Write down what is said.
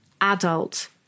adult